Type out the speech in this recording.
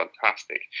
fantastic